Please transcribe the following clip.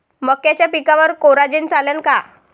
मक्याच्या पिकावर कोराजेन चालन का?